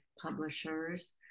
publishers